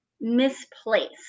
misplaced